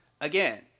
Again